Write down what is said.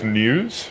news